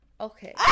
Okay